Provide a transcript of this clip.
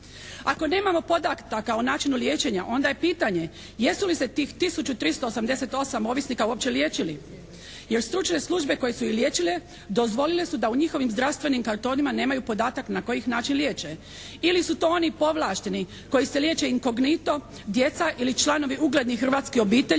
Ako nemamo podataka o načinu liječenja onda je pitanje jesu li se tih 1388 ovisnika uopće liječili? Jer stručne službe koje su ih liječile dozvolile su da u njihovim zdravstvenim kartonima nemaju podatak na koji ih način liječe? Ili su to oni povlašteni koji se liječe «incognito»? Djeca ili članovi uglednih hrvatskih obitelji